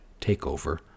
takeover